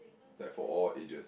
that for all ages